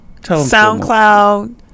SoundCloud